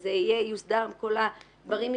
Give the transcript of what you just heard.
וזה יוסדר עם כל הדברים מסביב,